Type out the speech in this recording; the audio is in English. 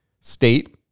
state